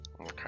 Okay